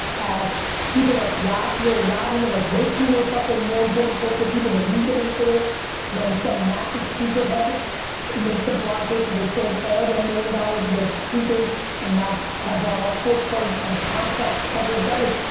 as people like yacht, lil yachty, and like way cooler fucker, more important cultural people than me get into this when some massive sneaker head makes a blog post that they sold all one million dollars of their sneakers and now have bought all sports cards and complex covers. that like,